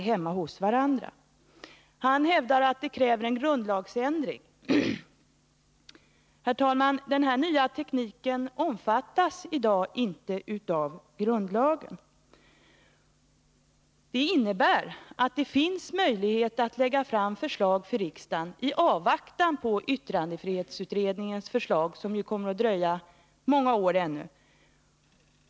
Jan-Erik Wikström hävdar att det krävs en grundlagsändring för att komma åt detta. Men, herr talman, den här nya tekniken omfattas i dag inte av grundlagen. Det innebär att det finns möjlighet att lägga fram förslag för riksdagen i avvaktan på yttrandefrihetsutredningens förslag, som ju kommer att dröja många år ännu.